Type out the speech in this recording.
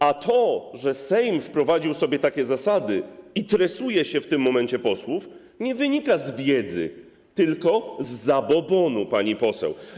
A to, że Sejm wprowadził sobie takie zasady i tresuje się w tym momencie posłów, nie wynika z wiedzy, tylko z zabobonu, pani poseł.